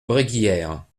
bréguières